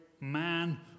man